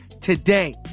today